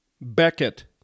Beckett